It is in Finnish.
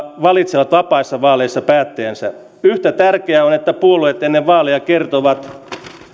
valitsevat vapaissa vaaleissa päättäjänsä yhtä tärkeää on että puolueet ennen vaaleja kertovat